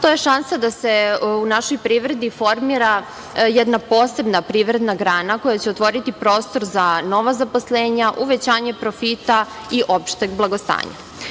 to je šansa da se u našoj privredi formira jedna posebna privredna grana koja će otvoriti prostor za nova zaposlenja, uvećanja profita i opšteg blagostanja. Imajući